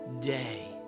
day